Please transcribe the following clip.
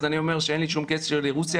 אני אומר שאין לי שום קשר לרוסיה.